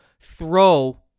throw